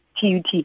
TUT